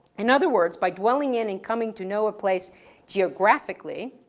in other words, by dwelling in and coming to know a place geographically,